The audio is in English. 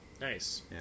Nice